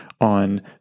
on